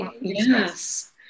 Yes